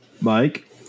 Mike